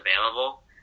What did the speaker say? available